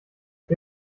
wir